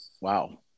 wow